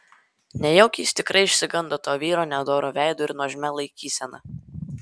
nejaugi jis tikrai išsigando to vyro nedoru veidu ir nuožmia laikysena